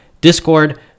discord